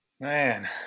Man